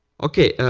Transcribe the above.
okay.